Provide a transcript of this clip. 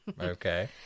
Okay